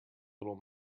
little